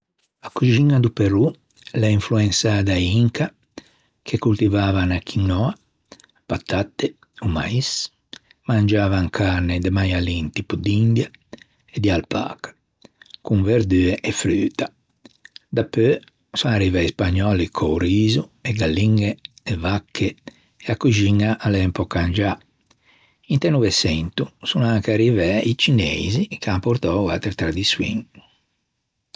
A coxiña do Perù a l'é influensâ da-i Inca che coltivavan a quinoa, patatte, o mais, mangiavan carne de maialin tipo d'India e de Alpaca con verdue e fruta. Dapeu son arrivæ i spagnòlli co-o riso, e galliñe, e vacche e a coxiña a l'é un pö cangiâ. Into neuveçento son arrivæ i cineisi che an portou atre tradiçioin.